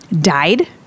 died